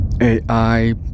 AI